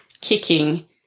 kicking